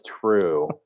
true